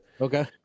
Okay